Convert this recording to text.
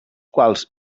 quals